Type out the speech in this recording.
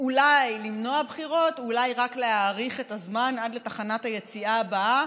אולי למנוע בחירות ואולי רק להאריך את הזמן עד לתחנת היציאה הבאה,